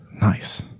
Nice